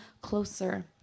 closer